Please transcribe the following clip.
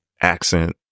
accent